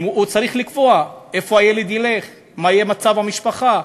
הוא צריך לקבוע לאן ילד ילך, מה יהיה מצב המשפחה,